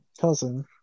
cousin